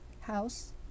house